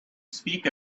speak